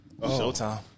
Showtime